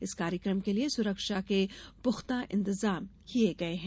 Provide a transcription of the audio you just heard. इस कार्यक्रम के लिये सुरक्षा के पुख्ता इंतजाम किये गये है